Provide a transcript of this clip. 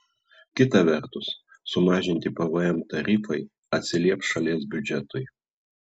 kita vertus sumažinti pvm tarifai atsilieps šalies biudžetui